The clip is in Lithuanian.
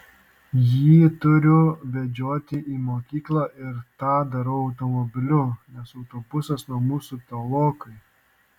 jį turiu vežioti į mokyklą ir tą darau automobiliu nes autobusas nuo mūsų tolokai